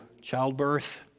childbirth